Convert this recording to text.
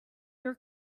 your